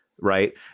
right